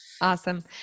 Awesome